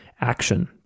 action